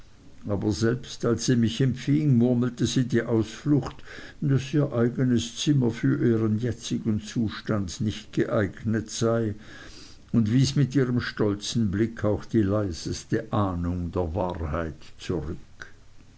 aber selbst als sie mich empfing murmelte sie die ausflucht daß ihr eignes zimmer für ihren jetzigen zustand nicht geeignet sei und wies mit ihrem stolzen blick auch die leiseste ahnung der wahrheit zurück